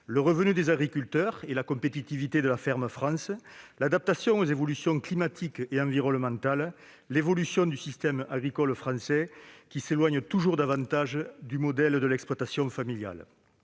le revenu des agriculteurs et la compétitivité de la « ferme France », l'adaptation aux évolutions climatiques et environnementales et l'évolution du système agricole français, qui s'éloigne toujours davantage du modèle de l'exploitation familiale.